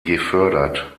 gefördert